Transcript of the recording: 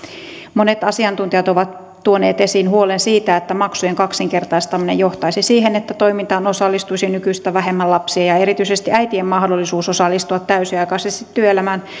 monet asiantuntijat ovat tuoneet esiin huolen siitä että maksujen kaksinkertaistaminen johtaisi siihen että toimintaan osallistuisi nykyistä vähemmän lapsia ja ja erityisesti äitien mahdollisuus osallistua täysiaikaisesti työelämään